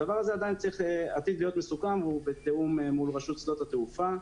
הדבר הזה עתיד להיות מסוכם והוא בתיאום מול רשות שדות התעופה.